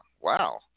wow